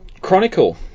Chronicle